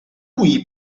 qui